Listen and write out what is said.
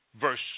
verse